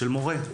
של מורה.